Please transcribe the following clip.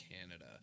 Canada